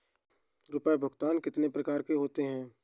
रुपया भुगतान कितनी प्रकार के होते हैं?